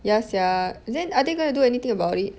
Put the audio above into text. ya sia then are they gonna do anything about it